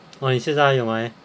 那你现在有 meh